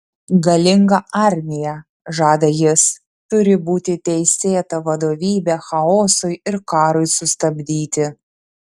galinga armija žada jis turi būti teisėta vadovybė chaosui ir karui sustabdyti